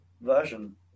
version